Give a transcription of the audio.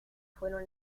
fueron